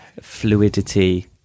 fluidity